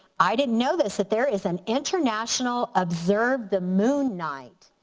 i didn't know this that there is an international observe the moon night.